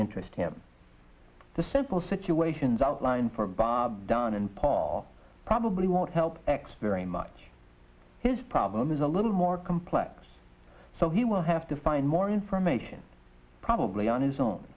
interest him the simple situations outlined for bob dunn and paul probably won't help x very much his problem is a little more complex so he will have to find more information probably on his own